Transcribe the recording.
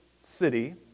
city